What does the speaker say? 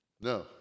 no